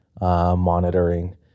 monitoring